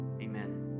amen